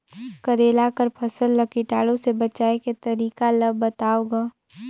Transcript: करेला कर फसल ल कीटाणु से बचाय के तरीका ला बताव ग?